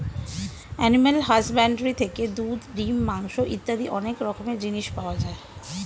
animal husbandry থেকে দুধ, ডিম, মাংস ইত্যাদি অনেক রকমের জিনিস পাওয়া যায়